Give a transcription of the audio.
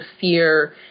fear